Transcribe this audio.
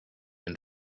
and